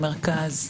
מרכז,